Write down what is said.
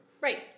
Right